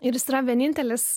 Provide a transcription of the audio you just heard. ir jis yra vienintelis